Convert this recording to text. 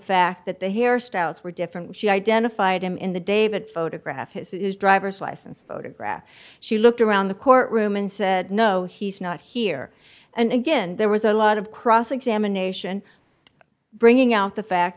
fact that the hair styles were different she identified him in the david photograph his driver's license photograph she looked around the court room and said no he's not here and again there was a lot of cross examination bringing out the fact